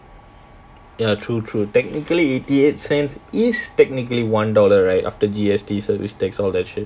ya true true technically eighty eight cents is technically one dollar right after G_S_T service tax all that shit